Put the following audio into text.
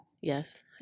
Yes